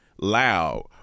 loud